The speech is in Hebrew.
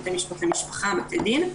בתי משפט למשפחה ובתי דין,